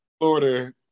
Florida